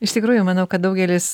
iš tikrųjų manau kad daugelis